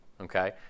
Okay